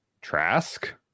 Trask